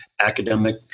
academic